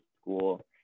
school